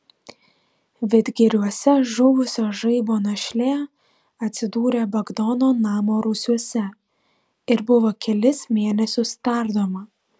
vidgiriuose žuvusio žaibo našlė atsidūrė bagdono namo rūsiuose ir buvo kelis mėnesius tardoma